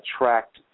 attract